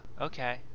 okay